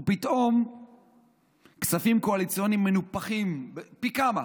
ופתאום כספים קואליציוניים מנופחים פי כמה